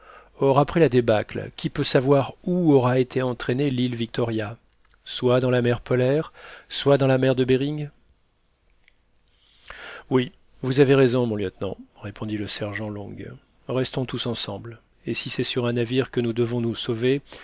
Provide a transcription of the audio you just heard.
or après la débâcle qui peut savoir où aura été entraînée l'île victoria soit dans la mer polaire soit dans la mer de behring oui vous avez raison mon lieutenant répondit le sergent long restons tous ensemble et si c'est sur un navire que nous devons nous sauver